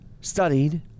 studied